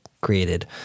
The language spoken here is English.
created